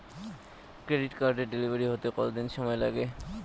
Credit কার্ডের delivery হতে কতদিন সময় লাগে?